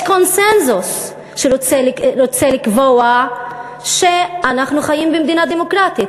יש קונסנזוס שרוצה לקבוע שאנחנו חיים במדינה דמוקרטית.